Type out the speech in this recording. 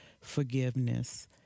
Forgiveness